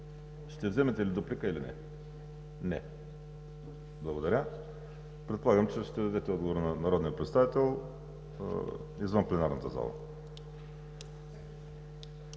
Ще вземете ли дуплика или не? Не. Благодаря. Предполагам, че ще дадете отговор на народния представител извън пленарната зала.